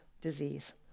disease